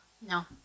No